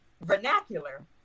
vernacular